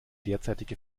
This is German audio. derzeitige